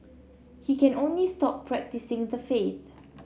he can only stop practising the faith